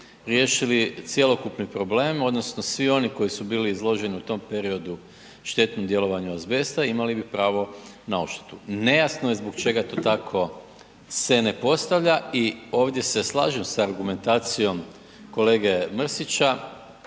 riješili cjelokupni problem. Odnosno svi oni koji su bili izloženi u tom periodu štetnom djelovanju azbesta imali bi pravo na odštetu. Nejasno je zbog čega to tako se ne postavlja i ovdje se slažem sa argumentacijom kolege Mrsića,